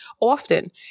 often